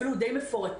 אפילו די מפורטים,